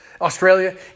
Australia